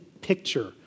picture